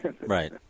right